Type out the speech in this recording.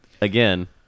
again